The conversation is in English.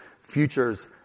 futures